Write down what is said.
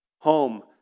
home